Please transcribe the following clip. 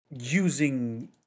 using